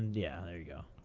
yeah there you go.